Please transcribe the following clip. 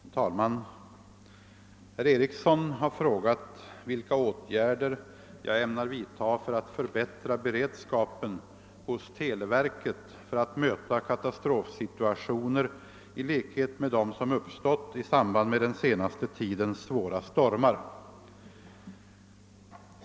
Herr talman! Herr Eriksson i Arvika har frågat vilka åtgärder jag ämnar vidtaga för att förbättra beredskapen hos televerket för att möta katastrofsituationer i likhet med dem som uppstått i samband med den senaste tidens svåra stormar.